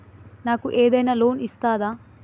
నాకు ఏదైనా లోన్ వస్తదా?